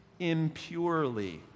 impurely